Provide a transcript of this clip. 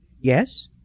Yes